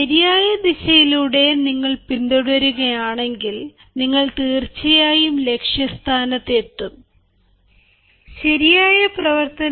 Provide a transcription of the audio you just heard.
ശരിയായ ദിശയിലൂടെ നിങ്ങൾ പിന്തുടരുകയാണെങ്കിൽ നിങ്ങൾ തീർച്ചയായും ലക്ഷ്യ സ്ഥാനത്ത് എത്തും ശരിയായ പ്രവർത്തനം